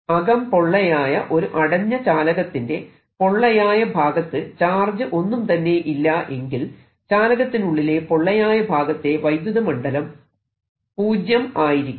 അകം പൊള്ളയായ ഒരു അടഞ്ഞ ചാലകത്തിന്റെ പൊള്ളയായ ഭാഗത്ത് ചാർജ് ഒന്നും തന്നെ ഇല്ല എങ്കിൽ ചാലകത്തിനുള്ളിലെ പൊള്ളയായ ഭാഗത്തെ വൈദ്യുത മണ്ഡലം പൂജ്യം ആയിരിക്കും